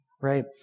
right